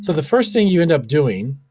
the first thing you end up doing